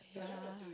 yeah